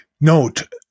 Note